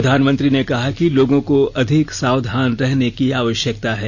प्रधानमंत्री ने कहा कि लोगों को अधिक सावधान रहने की आवश्यकता है